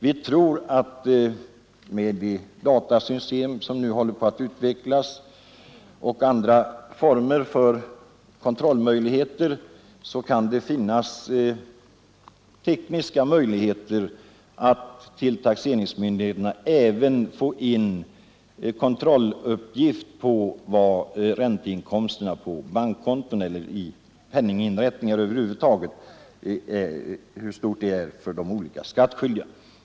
Med de datasystem och andra former för kontroll som nu håller på att utvecklas tror vi att det kan finnas tekniska möjligheter att till taxeringsmyndigheterna även få in kontrolluppgift på storleken av ränteinkomsterna på bankkonton eller i penninginrättningar över huvud taget för de olika skattskyldiga.